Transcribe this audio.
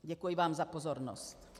Děkuji vám za pozornost.